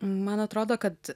man atrodo kad